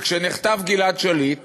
כשנחטף גלעד שליט